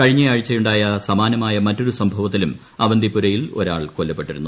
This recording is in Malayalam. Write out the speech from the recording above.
കഴിഞ്ഞയാഴ്ചയുണ്ടായ സമാനമായ മറ്റൊരു സംഭവത്തിലും അവന്തിപുരയിൽ ഒരാൾ കൊല്ലപ്പെട്ടിരുന്നു